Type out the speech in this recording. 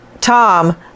Tom